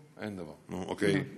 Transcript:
אוקיי.